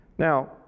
Now